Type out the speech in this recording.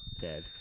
Dead